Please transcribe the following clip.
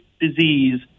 disease